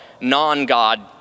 non-god